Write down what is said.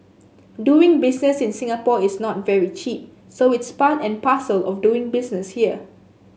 doing business in Singapore is not very cheap so it's part and parcel of doing business here